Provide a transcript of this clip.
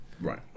right